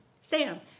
Sam